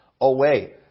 away